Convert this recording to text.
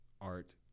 art